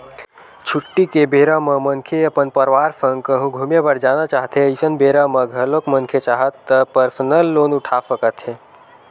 छुट्टी के बेरा म मनखे अपन परवार संग कहूँ घूमे बर जाना चाहथें अइसन बेरा म घलोक मनखे चाहय त परसनल लोन उठा सकत हे